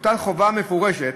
תוטל חובה מפורשת